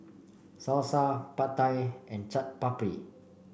Salsa Pad Thai and Chaat Papri